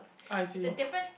it's a different